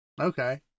Okay